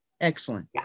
Excellent